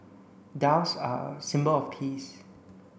doves are a symbol of peace